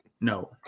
No